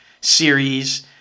series